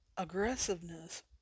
aggressiveness